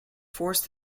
force